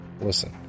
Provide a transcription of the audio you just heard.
Listen